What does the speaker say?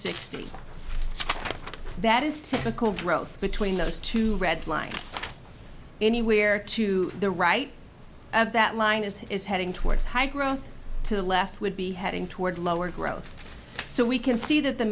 sixty that is typical growth between those two red lines anywhere to the right of that line is is heading towards high growth to the left would be heading toward lower growth so we can see that the